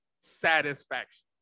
satisfaction